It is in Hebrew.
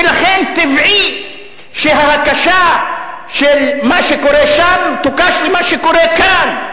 ולכן טבעי שתהיה הקשה של מה שקורה שם למה שקורה כאן.